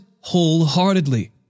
wholeheartedly